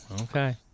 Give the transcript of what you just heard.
Okay